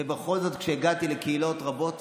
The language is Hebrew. ובכל זאת, כשהגעתי לקהילות רבות